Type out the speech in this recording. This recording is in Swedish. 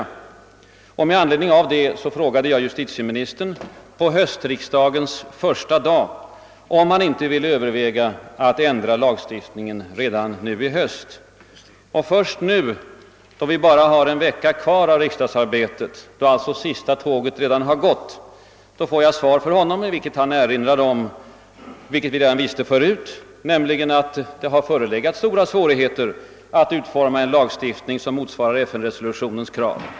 Med anledning därav frågade jag justitieministern på höstriksdagens första dag om han inte ville överväga att ändra lagstiftningen redan i höst. Först nu, då vi bara har en veckas riksdagsarbete kvar, då alltså sista tåget redan har gått, får jag ett svar från honom, i vilket han erinrar om vad alla redan förut visste, nämligen att det förelegat stora svårigheter att utforma en lagstiftning som motsvarar FN-resolutionens krav.